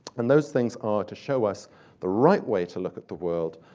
and those things are to show us the right way to look at the world,